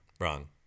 Wrong